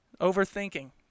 Overthinking